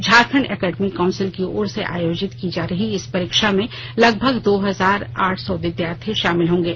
Jharkhand academic council की ओर से आयोजित की जा रही इस परीक्षा में लगभग दो हजार आठ सौ विद्यार्थी शामिल होंगे